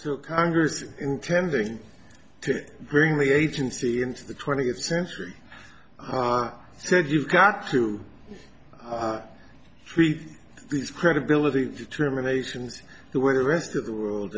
so congress intending to bring the agency into the twentieth century said you've got to treat this credibility determinations the way the rest of the world